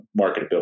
marketability